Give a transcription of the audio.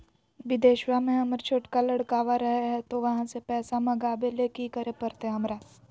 बिदेशवा में हमर छोटका लडकवा रहे हय तो वहाँ से पैसा मगाबे ले कि करे परते हमरा?